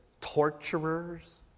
torturers